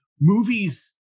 movies